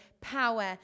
power